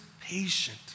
patient